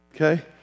Okay